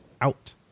out